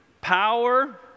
power